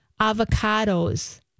avocados